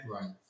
Right